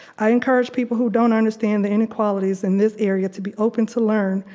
i encourage people who don't understand the inequalities in this area to be open to learn,